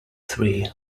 three